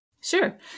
Sure